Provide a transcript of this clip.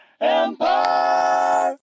Empire